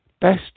best